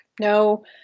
No